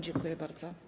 Dziękuję bardzo.